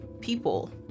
people